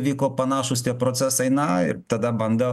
vyko panašūs tie procesai na ir tada bando